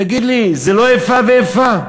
תגיד לי, זה לא איפה ואיפה?